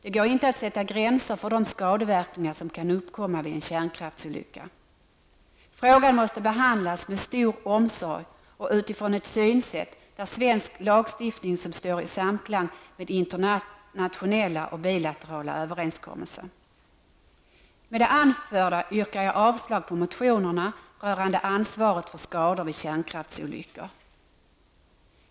Det går inte att sätta gränser för de skadeverkningar som kan uppkomma vid en kärnkraftsolycka. Frågan måste behandlas med stor omsorg och utifrån ett synsätt där svensk lagstiftning står i samklang med internationella och bilaterala överenskommelser. Med det anförda yrkar jag avslag på motionerna rörande ansvaret för skador vid kärnkraftsolyckor.